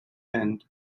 end